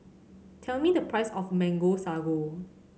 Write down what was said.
tell me the price of Mango Sago